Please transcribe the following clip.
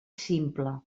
simple